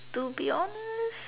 to be honest